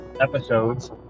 episodes